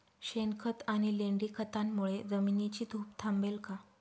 शेणखत आणि लेंडी खतांमुळे जमिनीची धूप थांबेल का?